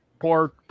poor